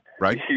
right